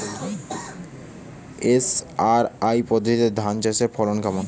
SRI পদ্ধতি ধান চাষের ফলন কেমন?